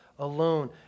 alone